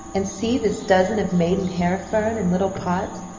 and see this dozen of maiden hair fern in little pots.